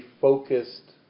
focused